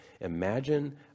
imagine